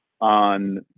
on